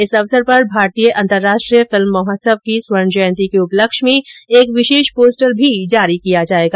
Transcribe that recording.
इस अवसर पर भारतीय अंतर्राष्ट्रीय फिल्म महोत्सव की स्वर्ण जयंती के उपलक्ष में एक विशेष पोस्टर भी जारी किया जाएगा